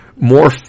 more